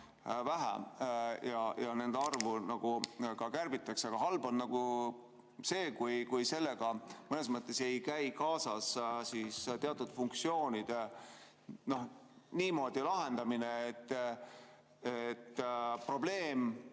vähem ja nende arvu kärbitakse. Aga halb on see, kui sellega mõnes mõttes käib kaasas teatud funktsioonide niimoodi lahendamine, et probleem